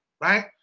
right